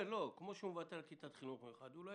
כפי שהוא מוותר על כיתת חינוך מיוחד אולי